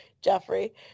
Jeffrey